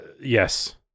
yes